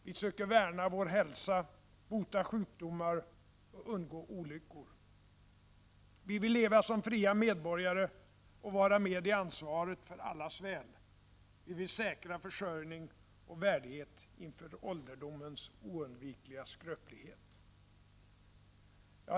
Vi söker värna vår hälsa, bota sjukdomar och undgå olyckor. Vi vill leva som fria medborgare och vara med i ansvaret för allas väl. Vi vill säkra försörjning och värdighet inför ålderdomens oundvikliga skröplighet.